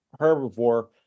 herbivore